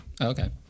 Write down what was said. Okay